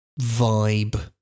vibe